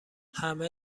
همه